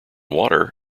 water